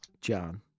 John